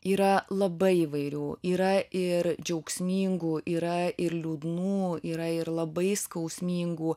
yra labai įvairių yra ir džiaugsmingų yra ir liūdnų yra ir labai skausmingų